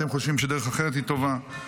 אתם חושבים שדרך אחרת היא טובה,